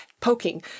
poking